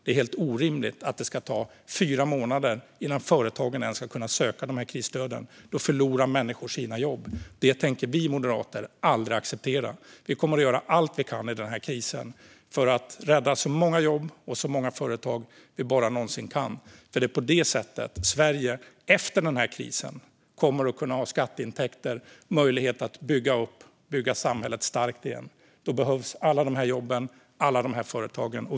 Det är orimligt att det ska ta fyra månader innan företagen ens ska kunna söka krisstöden. Då förlorar människor sina jobb. Det tänker vi moderater aldrig acceptera. Vi kommer att göra allt vi kan i den här krisen för att rädda så många jobb och så många företag vi någonsin kan. På det sättet kommer Sverige att efter den här krisen kunna ha skatteintäkter och möjlighet att bygga upp och bygga samhället starkt igen. Då behövs alla de här jobben och alla de här företagen.